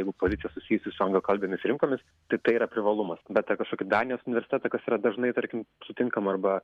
jeigu pozicija susijusi su anglakalbėmis rinkomis tai tai yra privalumas bet ten kažkokį danijos universitetą kas yra dažnai tarkim sutinkama arba